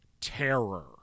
terror